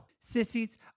sissies